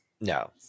No